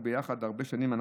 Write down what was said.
אנחנו עובדים ביחד הרבה שנים.